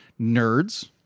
nerds